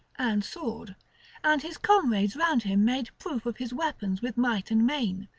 and sword and his comrades round him made proof of his weapons with might and main,